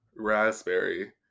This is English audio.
raspberry